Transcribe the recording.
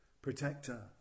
Protector